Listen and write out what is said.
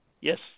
Yes